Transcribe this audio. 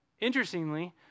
Interestingly